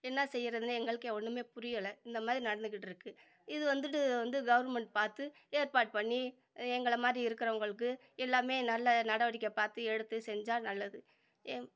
என்ன செய்கிறதுன்னு எங்களுக்கே ஒன்றுமே புரியலை இந்தமாதிரி நடந்துக்கிட்டுருக்குது இது வந்துட்டு வந்து கவுர்மெண்ட் பார்த்து ஏற்பாடுப்பண்ணி எங்களை மாதிரி இருக்கிறவங்களுக்கு எல்லாமே நல்லா நடவடிக்கை பார்த்து எடுத்து செஞ்சால் நல்லது ஏன்